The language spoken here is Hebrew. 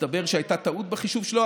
ומסתבר שהייתה טעות בחישוב שלו,